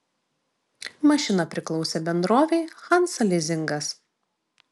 mašina priklausė bendrovei hansa lizingas